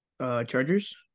Chargers